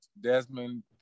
Desmond